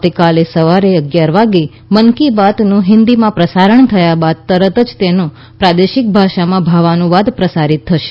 આવતીકાલે સવારે અગીયાર વાગે મન કી બાતનું હિદીમાં પ્રસારણ થયા બાદ તરત જ તેનો પ્રાદેશિક ભાષાઓમાં ભાવાનુવાદ પ્રસારીત થશે